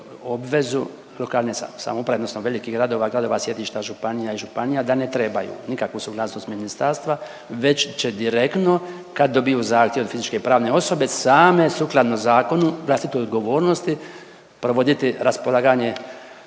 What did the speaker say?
obvezu lokalne samouprave odnosno velikih gradova i gradova sjedišta županija i županija da ne trebaju nikakvu suglasnost ministarstva već će direktno kad dobiju zahtjev od fizičke i pravne osobe same sukladno zakonu i vlastitoj odgovornosti provoditi raspolaganje